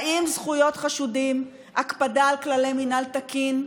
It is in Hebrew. האם זכויות חשודים, הקפדה על כללי מינהל תקין,